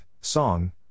song